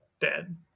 dead